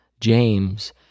James